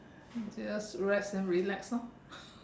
just rest and relax lor